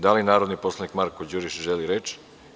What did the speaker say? Da li narodno poslanik Marko Đurišić, želi reč?